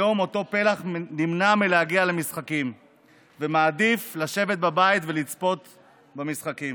היום אותו פלח נמנע מלהגיע למשחקים ומעדיף לשבת בבית ולצפות במשחקים.